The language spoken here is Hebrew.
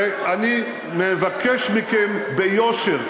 ואני מבקש מכם ביושר,